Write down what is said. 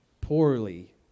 poorly